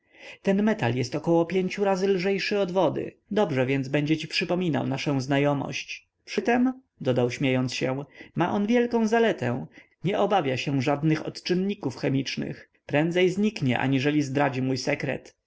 ten metal jest około pięciu razy lżejszy od wody dobrze więc będzie ci przypominał naszę znajomość przytem dodał śmiejąc się ma on wielką zaletę nie obawia się żadnych odczynników chemicznych prędzej zniknie aniżeli zdradzi mój sekret